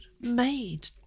made